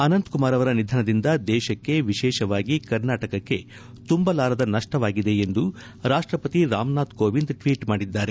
ಅನಂತಕುಮಾರ್ ಅವರ ನಿಧನದಿಂದ ದೇಶಕ್ಕೆ ವಿಶೇಷವಾಗಿ ಕರ್ನಾಟಕಕ್ಕೆ ತುಂಬಲಾರದ ನಷ್ಟವಾಗಿದೆ ಎಂದು ರಾಷ್ಟ್ರಪತಿ ರಾಮನಾಥ್ ಕೋವಿಂದ್ ಟ್ವೀಟ್ ಮಾಡಿದ್ದಾರೆ